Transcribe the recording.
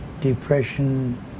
depression